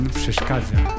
przeszkadza